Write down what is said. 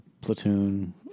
Platoon